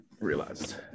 Realized